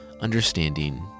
understanding